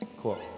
Cool